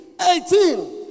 eighteen